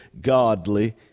godly